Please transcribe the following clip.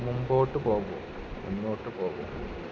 മുൻപോട്ടു പോകു പിന്നോട്ടു പോകു